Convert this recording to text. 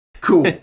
cool